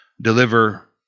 deliver